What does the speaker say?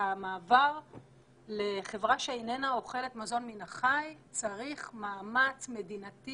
המעבר לחברה שאיננה אוכלת מזון מן החי צריך מאמץ מדינתי